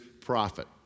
prophet